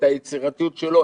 את היצירתיות שלו,